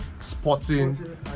sporting